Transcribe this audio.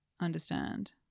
understand